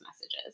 messages